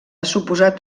suposat